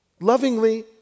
Lovingly